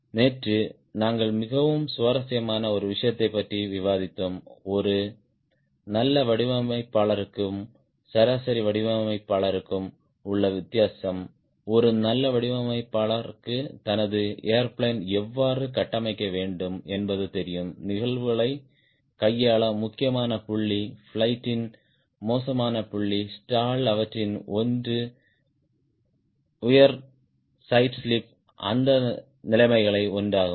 நேற்று நாங்கள் மிகவும் சுவாரஸ்யமான ஒரு விஷயத்தைப் பற்றி விவாதித்தோம் ஒரு நல்ல வடிவமைப்பாளருக்கும் சராசரி வடிவமைப்பாளருக்கும் உள்ள வித்தியாசம் ஒரு நல்ல வடிவமைப்பாளருக்கு தனது ஏர்பிளேன் எவ்வாறு கட்டமைக்க வேண்டும் என்பது தெரியும் நிகழ்வுகளை கையாள முக்கியமான புள்ளி பிளையிட் ன் மோசமான புள்ளி ஸ்டால் அவற்றில் ஒன்று உயர் சைடு ஸ்லிப் அந்த நிலைமைகளில் ஒன்றாகும்